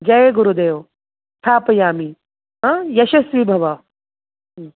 जय गुरुदेवः स्थापयामि यशस्वी भव